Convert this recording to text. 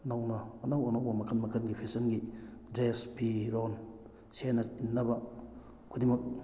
ꯅꯧꯅ ꯑꯅꯧ ꯑꯅꯧꯕ ꯃꯈꯜ ꯃꯈꯜꯒꯤ ꯐꯦꯁꯟꯒꯤ ꯗ꯭ꯔꯦꯁ ꯐꯤꯔꯣꯜ ꯁꯦꯠꯅ ꯏꯟꯅꯕ ꯈꯨꯗꯤꯡꯃꯛ